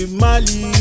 mali